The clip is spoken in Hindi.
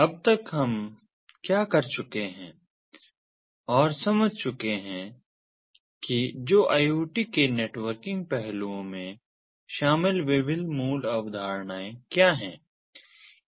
अब तक हम क्या कर चुके हैं और समझ चुके हैं कि जो IoT के नेटवर्किंग पहलुओं में शामिल विभिन्न मूल अवधारणाएं क्या हैं